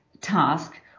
task